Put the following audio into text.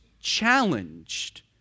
challenged